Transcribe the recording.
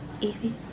Evie